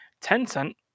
Tencent